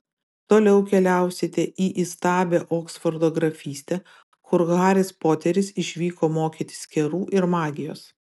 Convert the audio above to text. toliau keliausite į įstabią oksfordo grafystę kur haris poteris išvyko mokytis kerų ir magijos